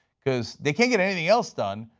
because they can't get anything else done,